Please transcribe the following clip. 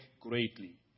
greatly